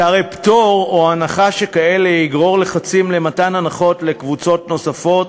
שהרי פטור או הנחה כאלה יגררו לחצים למתן הנחות לקבוצות נוספות